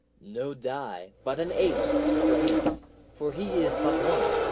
no die, but an ace, for him for he is but one.